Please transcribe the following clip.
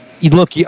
look